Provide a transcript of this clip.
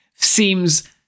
Seems